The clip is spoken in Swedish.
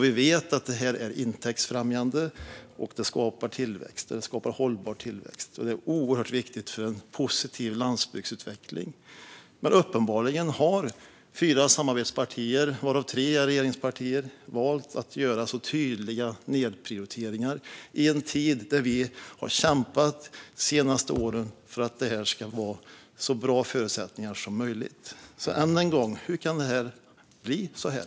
Vi vet att det här är intäktsfrämjande och skapar tillväxt som också är hållbar. Det är oerhört viktigt för en positiv landsbygdsutveckling. Uppenbarligen har de fyra samarbetspartierna, varav tre är regeringspartier, valt att göra tydliga nedprioriteringar efter att vi de senaste åren kämpat för att det ska vara så bra förutsättningar som möjligt. Än en gång: Hur kan det bli så här?